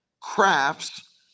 crafts